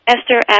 Esther